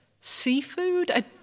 seafood